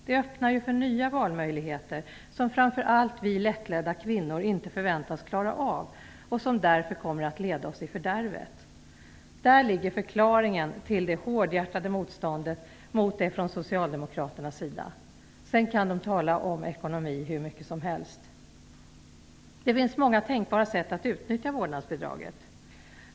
Det öppnar ju för nya valmöjligheter som framför allt vi lättledda kvinnor inte förväntas klara av och som därför kommer att leda oss i fördärvet. Däri ligger förklaringen till det hårdhjärtade motståndet mot det från socialdemokraternas sida. Sedan kan de tala om ekonomi hur mycket som helst. Det finns många tänkbara sätt att utnyttja vårdnadsbidraget.